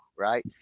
Right